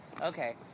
okay